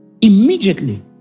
immediately